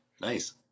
Nice